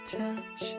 touch